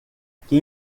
que